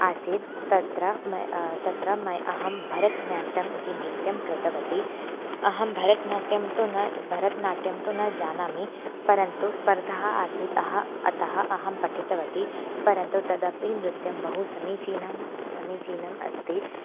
आसीद् तत्र मया तत्र मया अहं भरतनाट्यम् इति नृत्यं कृतवती अहं भरतनाट्यं तु न भरतनाट्यं तु न जानामि परन्तु स्पर्धा आसीत् अहम् अतः अहं पठितवती परन्तु तदपि नृत्यं बहु समीचीनं समीचीनम् अस्ति